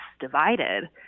divided